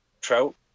trout